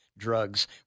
drugs